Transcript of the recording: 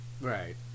Right